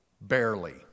Barely